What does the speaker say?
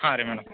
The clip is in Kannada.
ಹಾಂ ರೀ ಮೇಡಮ್